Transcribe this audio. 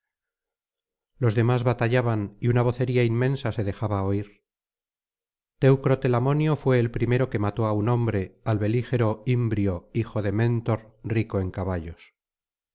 los demás batallaban y una vocería inmensa se dejaba oír teucro telamonio fué el primero que mató á un hombre al belígero imbrio hijo de mentor rico en caballos